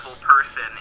person